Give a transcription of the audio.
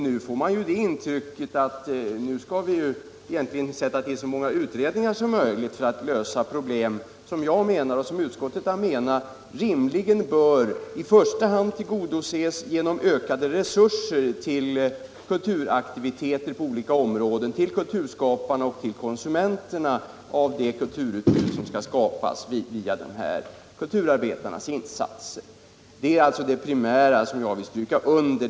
Nu får jag emellertid det intrycket att vi skall tillsätta så många utredningar som möjligt för att lösa problem som jag och utskottet menar rimligen bör lösas i första hand genom ökade resurser till kulturaktiviteter på olika områden. Det är det primära, som jag vill stryka under.